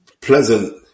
pleasant